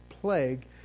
plague